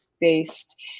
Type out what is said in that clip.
based